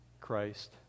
Christ